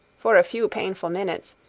for a few painful minutes,